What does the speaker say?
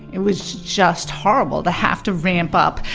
it was just horrible to have to ramp up,